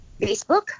Facebook